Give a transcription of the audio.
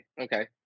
Okay